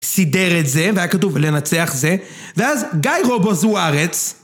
סידר את זה, והיה כתוב לנצח זה. ואז גיא רובוז זוארץ.